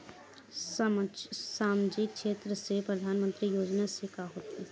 सामजिक क्षेत्र से परधानमंतरी योजना से का होथे?